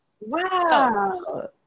Wow